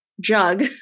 jug